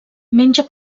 menja